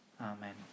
Amen